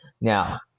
now